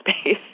space